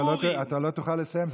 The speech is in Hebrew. אתה לא תוכל לסיים.